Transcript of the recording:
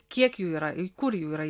kiek jų yra ir kur jų yra